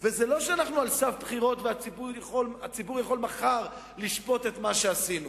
זה לא שאנחנו על סף בחירות והציבור יכול מחר לשפוט את מה שעשינו.